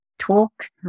talk